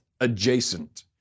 adjacent